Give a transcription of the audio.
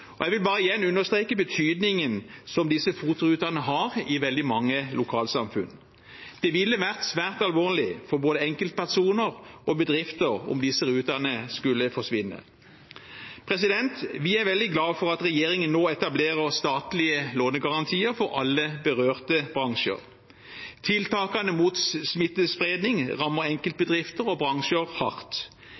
og bedrifter om disse rutene skulle forsvinne. Vi er veldig glad for at regjeringen nå etablerer statlige lånegarantier for alle berørte bransjer. Tiltakene mot smittespredning rammer enkeltbedrifter og bransjer hardt,